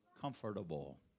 comfortable